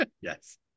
yes